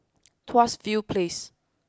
Tuas View Place